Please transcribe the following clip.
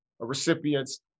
recipients